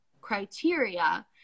criteria